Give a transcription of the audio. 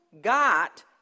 got